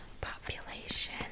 population